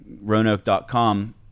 Roanoke.com